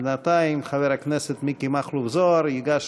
ובינתיים חבר הכנסת מיקי מכלוף זוהר ייגש